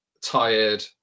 tired